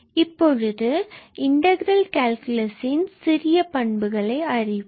இப்பொழுது இன்டகிரல் கால்குலஸின் சிறிய பண்புகளை அறிவோம்